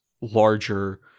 larger